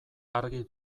argi